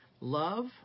Love